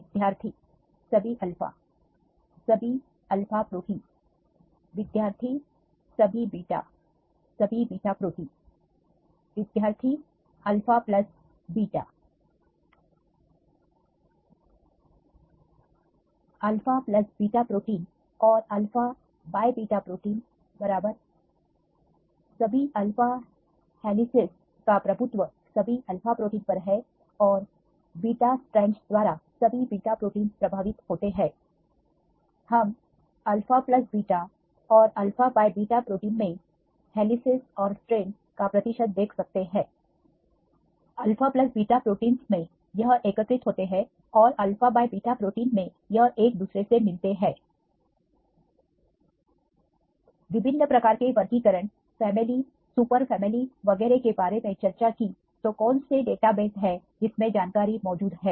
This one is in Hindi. विद्यार्थी सभी अल्फा सभी अल्फा प्रोटीन विद्यार्थी सभी बीटा सभी बीटा प्रोटीन विद्यार्थी alpha beta alpha beta protein और अल्फा बीटा प्रोटीन बराबर सभीअल्फा हेलीसिस का प्रभुत्व सभी अल्फा प्रोटीन पर है और बीटा स्टेरनडस द्वारा सभी बीटा प्रोटीन्स प्रभावित होते है हम अल्फा बीटा और अल्फा बीटा प्रोटीन में हेलीसिस और स्टेरनडका प्रतिशत देख सकते हैं अल्फा बीटा प्रोटीन्स में यह एकत्रित होते हैं और अल्फा बीटा प्रोटीन में यह एक दूसरे से मिलते हैं विभिन्न प्रकार के वर्गीकरण फैमिली सुपर फैमिली वगैरह के बारे में चर्चा की तो कौन से डlटाबेस है जिसमें जानकारी मौजूद है